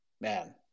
Man